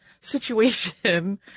situation